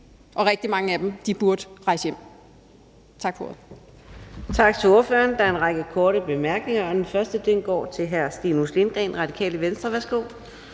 og rigtig mange af dem burde rejse hjem. Tak for ordet.